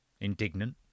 indignant